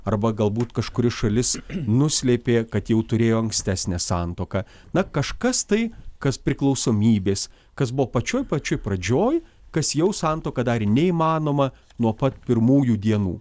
arba galbūt kažkuri šalis nuslėpė kad jau turėjo ankstesnę santuoką na kažkas tai kas priklausomybės kas buvo pačioj pačioj pradžioj kas jau santuoką darė neįmanomą nuo pat pirmųjų dienų